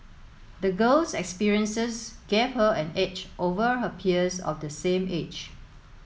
the girl's experiences gave her an edge over her peers of the same age